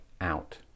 out